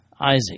Isaac